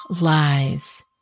lies